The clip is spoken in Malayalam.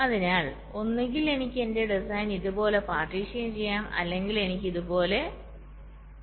അതിനാൽ ഒന്നുകിൽ എനിക്ക് എന്റെ ഡിസൈൻ ഇതുപോലെ പാർട്ടീഷൻ ചെയ്യാം അല്ലെങ്കിൽ എനിക്ക് ഇതുപോലെ പാർട്ടീഷൻ ചെയ്യാം